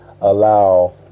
allow